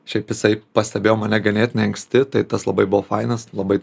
šiaip jisai pastebėjo mane ganėtinai anksti tai tas labai buvo fainas labai